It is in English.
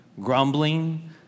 grumbling